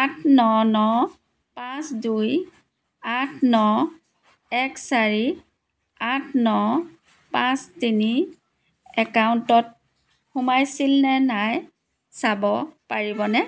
আঠ ন ন পাঁচ দুই আঠ ন এক চাৰি আঠ ন পাঁচ তিনি একাউণ্টত সোমাইছিল নে নাই চাব পাৰিবনে